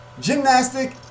gymnastic